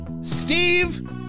Steve